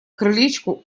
крылечку